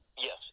Yes